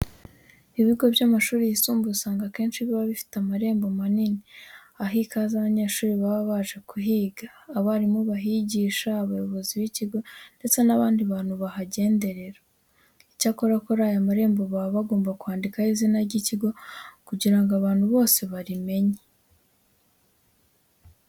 Ibigo by'amashuri yisumbuye usanga akenshi biba bifite amarembo manini aha ikaze abanyeshuri baba baje kuhiga, abarimu bahigisha, abayobozi b'ikigo ndetse n'abandi bantu bahagenderera. Icyakora kuri aya marembo baba bagomba kwandikaho izina ry'ikigo kugira ngo abantu bose barimenye.